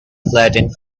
flattened